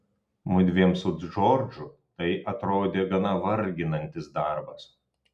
mudviem su džordžu tai atrodė gana varginantis darbas